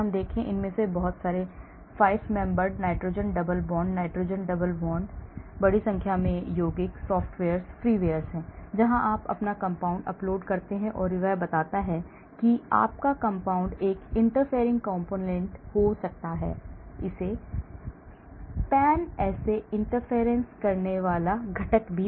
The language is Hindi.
इसे देखें इनमें से बहुत से 5 सदस्य nitrogen double bond nitrogen double bond बड़ी संख्या में यौगिक सॉफ्टवेयर्स फ्रीवेअर हैं जहां आप अपना कंपाउंड अपलोड करते हैं और यह बताता है कि आपका कंपाउंड एक इंटरफेरिंग कंपोनेंट हो सकता है pan assay interference करने वाला घटक